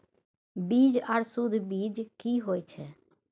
बीज आर सुध बीज की होय छै?